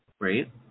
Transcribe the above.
Right